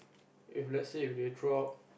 if let's say if they throw out